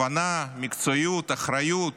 הבנה, מקצועיות, אחריות,